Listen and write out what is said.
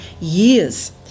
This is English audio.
years